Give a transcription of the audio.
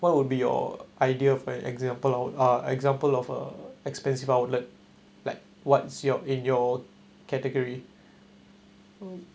what would be your ideas for an example of uh example of a expensive outlet like what's your in your category